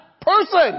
person